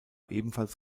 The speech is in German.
ebenfalls